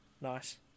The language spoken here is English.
Nice